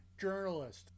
journalist